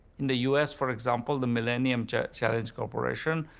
in the us for example the millennium challenge corporation,